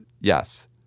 yes